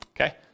Okay